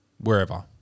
wherever